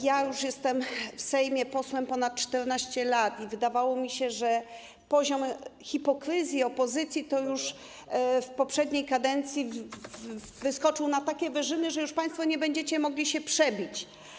Ja już jestem w Sejmie posłem ponad 14 lat i wydawało mi się, że poziom hipokryzji opozycji w poprzedniej kadencji to wyskoczył już na takie wyżyny, że państwo już nie będziecie mogli się przebić.